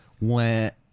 went